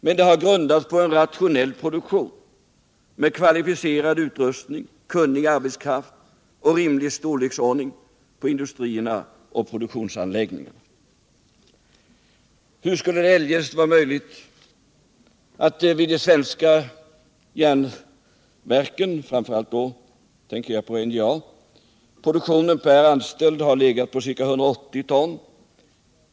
Men det har grundats på en rationell produktion, med kvalificerad utrustning, kunnig arbetskraft och rimlig storleksordning på industrierna och produktionsanläggningarna. Hur skulle det eljest vara möjligt att vid de svenska järnverken — jag tänker då framför allt på NJA — produktionen per anställd har legat på ca 180 ton?